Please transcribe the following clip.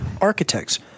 Architects